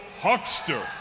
Huckster